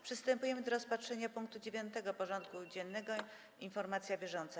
Przystępujemy do rozpatrzenia punktu 9. porządku dziennego: Informacja bieżąca.